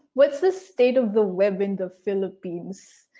what's the state of the web in the philippines?